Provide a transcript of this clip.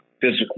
physically